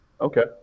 Okay